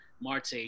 Marte